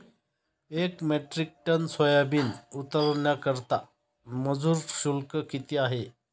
एक metric tonne soybean उतरवण्याकरता मजूर शुल्क किती आहे?